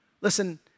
listen